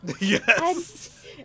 Yes